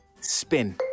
Spin